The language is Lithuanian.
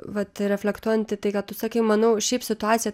vat reflektuojant į tai ką tu sakei manau šiaip situacija